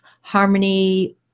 harmony